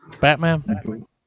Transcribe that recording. Batman